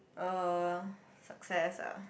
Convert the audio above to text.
uh success ah